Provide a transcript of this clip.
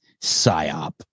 Psyop